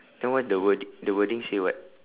then what the word~ the wording say what